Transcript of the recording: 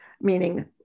Meaning